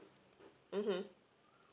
mmhmm